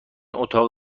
اتاق